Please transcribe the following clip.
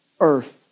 earth